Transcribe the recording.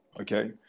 okay